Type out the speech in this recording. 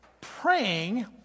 praying